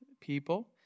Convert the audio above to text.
people